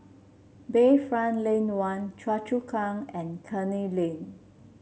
Bayfront Lane One Choa Chu Kang and Canning Lane